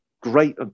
Great